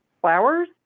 flowers